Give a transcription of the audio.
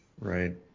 Right